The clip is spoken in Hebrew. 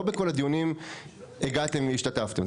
לא בכל הדיונים הגעתם והשתתפתם.